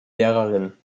lehrerin